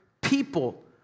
people